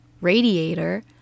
radiator